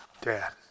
Dad